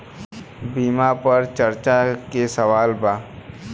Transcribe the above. बीमा पर चर्चा के सवाल बा?